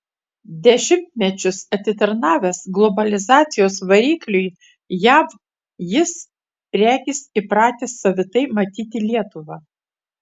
dešimtmečius atitarnavęs globalizacijos varikliui jav jis regis įpratęs savitai matyti lietuvą